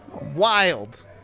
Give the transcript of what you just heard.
Wild